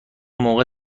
موقع